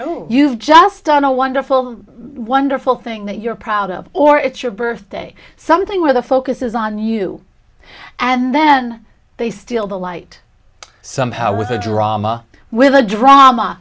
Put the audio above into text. you've just done a wonderful wonderful thing that you're proud of or it's your birthday something where the focus is on you and then they steal the light somehow with the drama with the drama